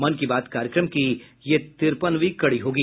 मन की बात कार्यक्रम की यह तिरपनवीं कड़ी होगी